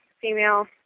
Female